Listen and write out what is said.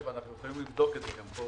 ואנחנו יכולים לבדוק את זה גם פה